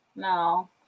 No